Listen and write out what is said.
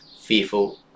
fearful